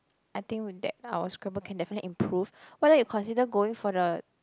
I think we that our Scrabble can definitely improve why don't you consider going for the